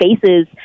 faces